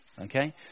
okay